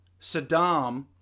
Saddam